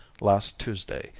last tuesday,